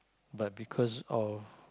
but because of